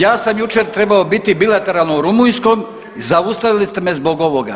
Ja sam jučer trebao biti bilateralno u rumunjskom, zaustavili ste me zbog ovoga.